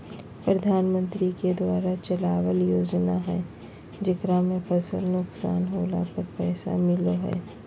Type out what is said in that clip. प्रधानमंत्री के द्वारा चलावल योजना हइ जेकरा में फसल नुकसान होला पर पैसा मिलो हइ